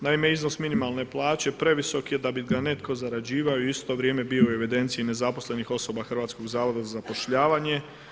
Naime, iznos minimalne plaće previsok je da bi ga netko zarađivao i u isto vrijeme bio u evidenciji nezaposlenih osoba Hrvatskog zavoda za zapošljavanje.